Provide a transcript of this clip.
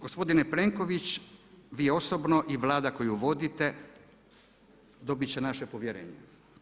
Gospodine Plenković, vi osobno i Vlada koju vodite dobit će naše povjerenje.